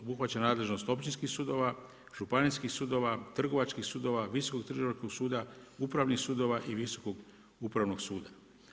Obuhvaća nadležnost općinskih sudova, županijskih sudova, trgovačkih sudova, Visokog trgovačkog suda, upravnih sudova i Visokog upravnog suda.